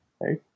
right